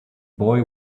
boy